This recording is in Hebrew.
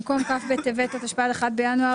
במקום "כ' בטבת התשפ"ד (1 בינואר)"